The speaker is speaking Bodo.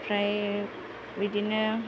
ओमफ्राय बिदिनो